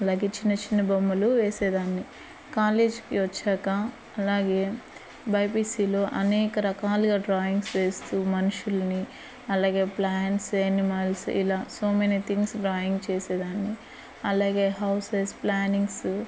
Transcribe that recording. అలాగే చిన్న చిన్న బొమ్మలు వేసేదాన్ని కాలేజ్కి వచ్చాక అలాగే బైపీసీలో అనేక రకాలుగా డ్రాయింగ్స్ వేస్తూ మనుషులని అలాగే ప్లాంట్స్ ఎనిమల్స్ ఇలా సో మెనీ థింగ్స్ డ్రాయింగ్ చేసేదాన్ని అలాగే హౌసెస్ ప్లానింగ్సు